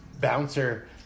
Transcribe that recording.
bouncer